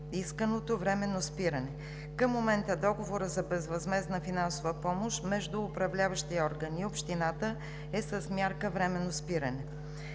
исканото временно спиране. Към момента договорът за безвъзмездна финансова помощ между Управляващия орган и Общината е с мярка временно спиране.